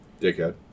Dickhead